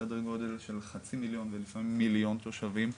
סדר גודל של חצי מיליון ולפעמים מיליון תושבים,